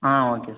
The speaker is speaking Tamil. ஆ ஓகே